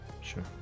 Sure